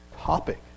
topic